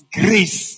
grace